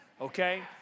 Okay